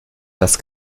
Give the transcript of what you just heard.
das